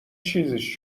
چیزیش